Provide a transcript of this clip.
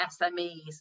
SMEs